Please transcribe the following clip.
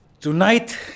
Tonight